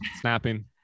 snapping